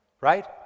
right